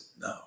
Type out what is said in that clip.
no